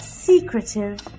secretive